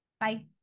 Bye